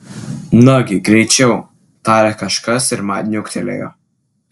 nagi greičiau tarė kažkas ir man niuktelėjo